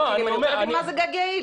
אני לא מבינה מה זה גג יעיל.